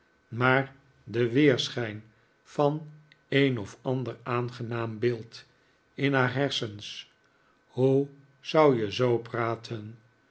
maar den weerschijn van een of ander aangenaam beeld in haar hersens hoe kun je zoo praten